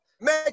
Make